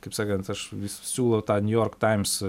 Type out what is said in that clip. kaip sakant aš vis siūlau tą niujork taims